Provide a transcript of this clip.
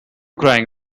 crying